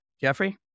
Jeffrey